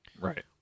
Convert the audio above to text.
Right